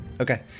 Okay